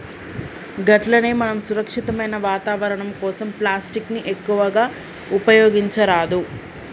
గట్లనే మనం సురక్షితమైన వాతావరణం కోసం ప్లాస్టిక్ ని ఎక్కువగా ఉపయోగించరాదు